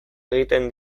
egin